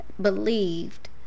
believed